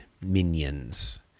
minions